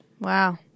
Wow